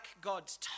God's